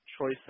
choice